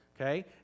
Okay